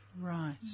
Right